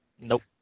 Nope